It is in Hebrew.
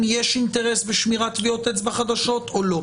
יש אינטרס בשמירת טביעות אצבע חדשות או לא.